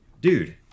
dude